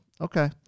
okay